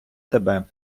тебе